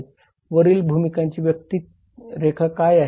वरील भूमिकांची व्यक्तिरेखा काय आहे